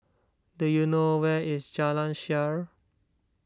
do you know where is Jalan Shaer